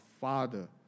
Father